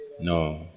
No